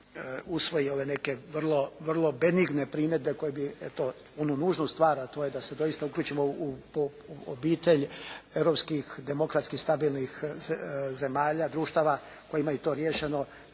usvoji ove neke vrlo, vrlo benigne primjedbe koje bi eto onu nužnu stvar, a to je da se doista uključimo u obitelj europskih demokratskih stabilnih zemalja, društava koja imaju to riješeno.